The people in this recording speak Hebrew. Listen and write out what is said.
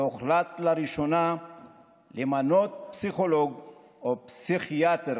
והוחלט לראשונה למנות פסיכיאטר